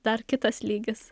dar kitas lygis